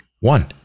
One